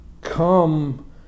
come